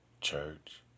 church